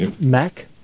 Mac